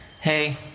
hey